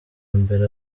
mbere